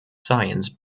science